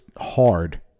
hard